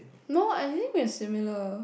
no I think we are similar